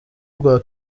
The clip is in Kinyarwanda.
rwa